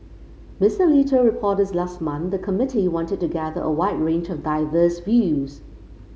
Mister Lee told reporters last month the committee wanted to gather a wide range of diverse views